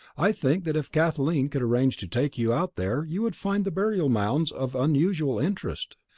i think that if kathleen could arrange to take you out there you would find the burial mounds of unusual interest.